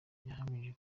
yahamije